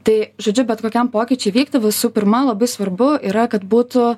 tai žodžiu bet kokiam pokyčiui vykti visų pirma labai svarbu yra kad būtų